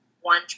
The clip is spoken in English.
one